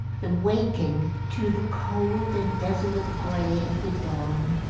the waking to the cold and desolate grey of the dawn,